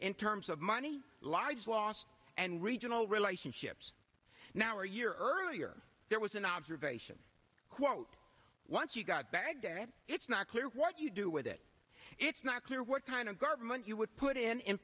in terms of money large lost and regional relationships now or a year earlier there was an observation quote once you've got baghdad it's not clear what you do with it it's not clear what kind of government you would put in